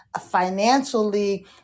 Financially